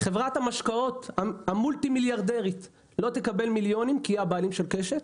חברת המשקאות המולטי מיליארדרית לא תקבל מיליונים כי היא הבעלים של קשת,